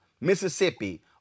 Mississippi